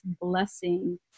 Blessing